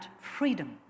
freedom